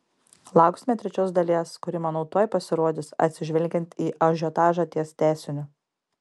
lauksime trečios dalies kuri manau tuoj pasirodys atsižvelgiant į ažiotažą ties tęsiniu